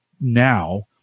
now